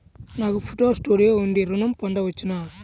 నాకు photo studio ఉంది ఋణం పొంద వచ్చునా?